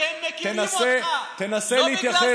תנסה להתייחס,